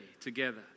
together